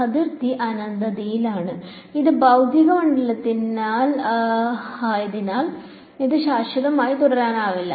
അതിരുകൾ അനന്തതയിലാണ് ഇത് ഭൌതിക മണ്ഡലമായതിനാൽ അതിന് ശാശ്വതമായി തുടരാനാവില്ല